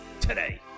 Today